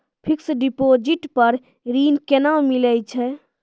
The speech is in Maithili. फिक्स्ड डिपोजिट पर ऋण केना मिलै छै?